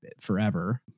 forever